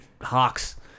hawks